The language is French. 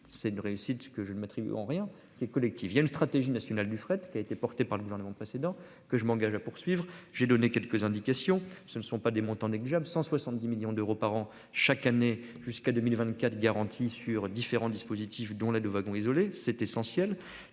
c'est une réussite que je ne maîtrise en rien qui est collective. Il y a une stratégie nationale du fret qui a été porté par le gouvernement précédent. Que je m'engage à poursuivre, j'ai donné quelques indications. Ce ne sont pas des montants négligeable, 170 millions d'euros par an. Chaque année, jusqu'à 2024 garantie sur différents dispositifs dont la de wagons isolés. C'est essentiel